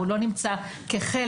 הם לא חלק מהמועסקים,